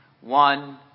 one